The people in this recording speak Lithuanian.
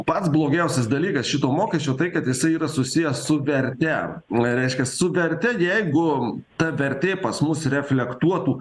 pats blogiausias dalykas šito mokesčio tai kad jisai yra susiję su verte reiškia su verte jeigu ta vertė pas mus reflektuotų